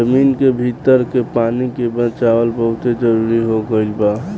जमीन के भीतर के पानी के बचावल बहुते जरुरी हो गईल बा